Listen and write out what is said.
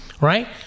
Right